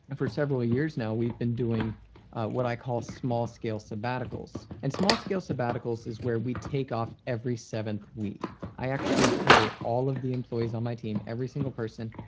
and for several years now, we've been doing what i call small scale sabbaticals. and small scale sabbaticals is where we take off every seventh week. i pay all of the employees on my team, every single person,